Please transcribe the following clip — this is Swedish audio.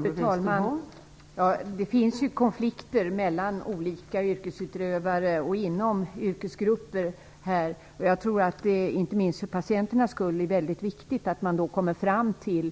Fru talman! Det finns konflikter mellan olika yrkesutövare och inom yrkesgrupper. Jag tror att det inte minst för patienternas skull är viktigt att komma fram till